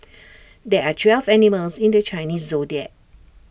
there are twelve animals in the Chinese Zodiac